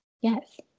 Yes